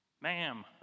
ma'am